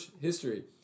history